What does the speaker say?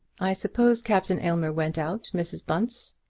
i suppose captain aylmer went out, mrs. bunce?